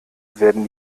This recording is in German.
werden